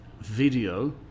video